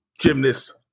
gymnast